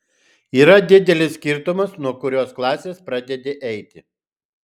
yra didelis skirtumas nuo kurios klasės pradedi eiti